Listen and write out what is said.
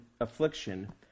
affliction